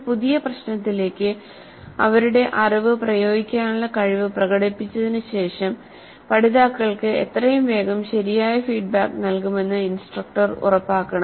ഒരു പുതിയ പ്രശ്നത്തിലേക്ക് അവരുടെ അറിവ് പ്രയോഗിക്കാനുള്ള കഴിവ് പ്രകടിപ്പിച്ചതിന് ശേഷം പഠിതാക്കൾക്ക് എത്രയും വേഗം ശരിയായ ഫീഡ്ബാക്ക് നൽകുമെന്ന് ഇൻസ്ട്രക്ടർ ഉറപ്പാക്കണം